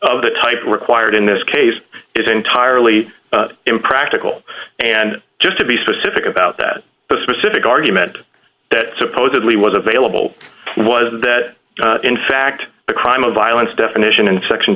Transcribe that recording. of the type required in this case is entirely impractical and just to be specific about that specific argument that supposedly was available was that in fact the crime of violence definition and section